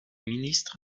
ministre